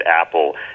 Apple